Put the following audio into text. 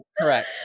correct